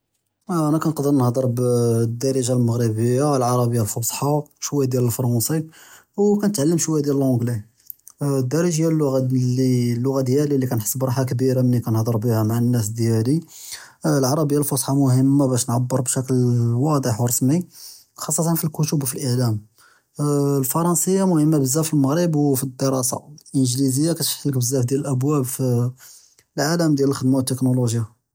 אָנָא כַּאנְקַדֶּר נְהַדְר בְּדַארְג'ה מַרְכַּשִּׁיָה, עֲרַבִּיָה פֻּסְחָא, שׁוּיָה דִּיַאל פְּרַנְסִי וְכַנְתַעַלַּם שׁוּיָה דִּיַאל אִינְגְּלִיזִי. דַּארְגְּיָה הַלּשׁוֹן לִי דִּיַאלִי, לִי כַּאנְחֵס בְּרָאחַה גְּדִיַּה מֶלִי כַּאנְהַדֶּר בִּיהَا מַעַ הַנָּאס דִּיַאלִי. עֲרַבִּיָה פֻּסְחָא מֻמְּכַּן בַּאש נְעַבְּר בִּשְׁكְל וָاضַח וְרָסְמִי, חַסָּא פִּי אֶלְכּוּתּוּב וְאֶלְאִלְעָאם. פְּרַנְסִיָה מֻמְּכַּן בְּזַאף פִּי מַרְכַּש וְפִי אֶלְדְרָאסַה. אִינְגְּלִיזִיָּה כְּתְחַלֶּק בְּזַאף דִּיַאל אֻלְבּוּاب פִּי אֶלְעָאלַם דִּיַאל אֶלְחְרְסָה וְאֶלְטֶכְנוֹלוֹגְיָה.